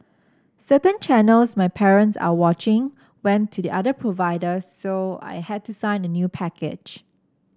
certain channels my parents are watching went to the other provider so I had to sign a new package